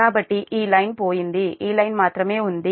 కాబట్టి ఈ లైన్ పోయింది ఈ లైన్ మాత్రమే ఉంది